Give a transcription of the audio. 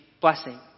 blessing